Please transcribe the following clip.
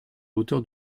hauteur